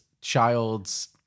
child's